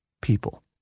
People